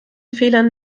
fehlern